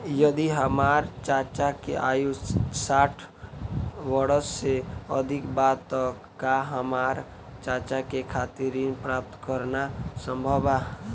यदि हमार चाचा के आयु साठ वर्ष से अधिक बा त का हमार चाचा के खातिर ऋण प्राप्त करना संभव बा?